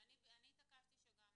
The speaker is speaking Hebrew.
--- ואני התעקשתי שגם